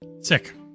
Sick